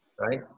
right